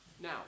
Now